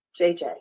JJ